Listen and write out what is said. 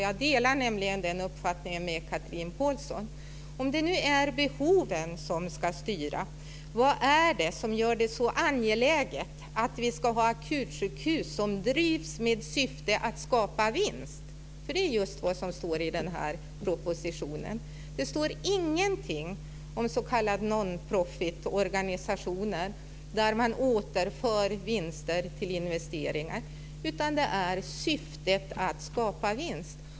Jag delar nämligen den uppfattningen med Chatrine Pålsson. Om det nu är behoven som ska styra undrar jag vad det är som gör det så angeläget att vi ska ha akutsjukhus som drivs med syfte att skapa vinst. Det är just vad som står i den här propositionen. Det står ingenting om s.k. nonprofit-organisationer där man återför vinster till investeringar, utan syftet är att skapa vinst.